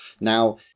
now